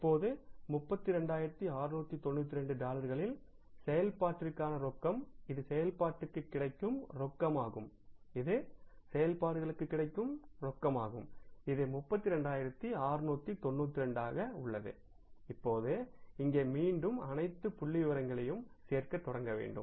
இப்போது 32692 டாலர்கல் செயல்பாட்டிற்கான ரொக்கம் இது செயல்பாட்டுக்குக் கிடைக்கும் ரொக்கமாகும் இது செயல்பாடுகளுக்குக் கிடைக்கும் ரொக்கமாகும் இது 32692 உள்ளது இப்போது இங்கே மீண்டும் அனைத்து புள்ளிவிவரங்களையும் சேர்க்க தொடங்க வேண்டும்